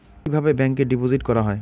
কিভাবে ব্যাংকে ডিপোজিট করা হয়?